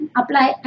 apply